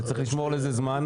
וצריך לשמור לזה זמן.